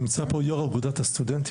נמצא פה יושב-ראש אגודת הסטודנטים.